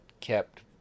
kept